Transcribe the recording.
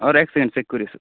অঁ এক second check কৰি আছোঁ